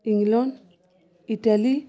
England Italy